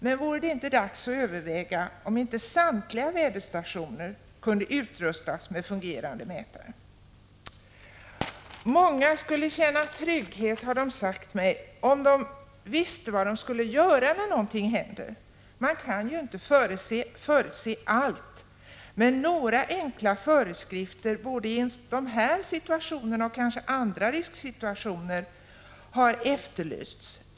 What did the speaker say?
Men vore det inte dags att överväga om inte samtliga väderstationer kunde utrustas med fungerande mätare? Många skulle känna trygghet, har de sagt mig, om de visste vad de skulle göra när någonting händer. Man kan ju inte förutse allt, men några enkla föreskrifter, både för de här situationerna och kanske för andra risksituationer, har efterlysts.